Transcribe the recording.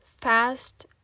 fast